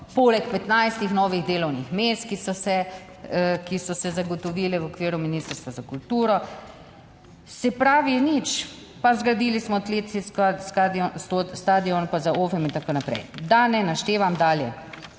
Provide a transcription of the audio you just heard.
poleg 15 novih delovnih mest, ki so se zagotovile v okviru Ministrstva za kulturo. Se pravi, nič, pa zgradili smo atletski stadion, pa z / nerazumljivo/ in tako naprej, da ne naštevam dalje.